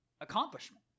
accomplishment